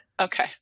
Okay